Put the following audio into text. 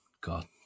God